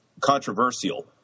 controversial